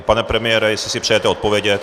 Pane premiére, jestli si přejete odpovědět?